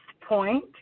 Point